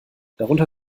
darunter